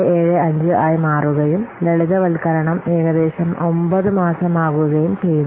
875 ആയി മാറുകയും ലളിതവൽക്കരണം ഏകദേശം 9 മാസമാകുകയും ചെയ്യുന്നു